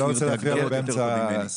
הוא מכיר את ההגדרות יותר טוב ממני.